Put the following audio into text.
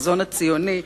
החזון הציוני,